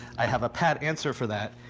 i have a pat answer for that.